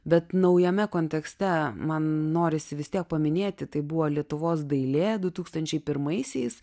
bet naujame kontekste man norisi vis tiek paminėti tai buvo lietuvos dailė du tūkstančiai pirmaisiais